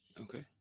Okay